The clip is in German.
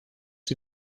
sie